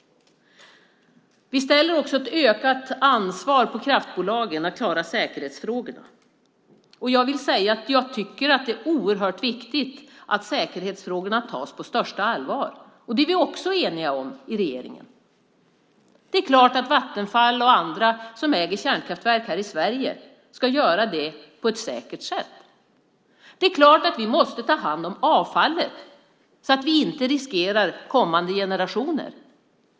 Vi ger också ett ökat ansvar till kraftbolagen att klara säkerhetsfrågorna. Och jag vill säga att jag tycker att det är oerhört viktigt att säkerhetsfrågorna tas på största allvar. Det är vi också eniga om i regeringen. Det är klart att Vattenfall och andra som äger kärnkraftverk här i Sverige ska göra det på ett säkert sätt. Det är klart att vi måste ta hand om avfallet, så att vi inte riskerar kommande generationer.